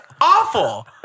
awful